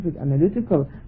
analytical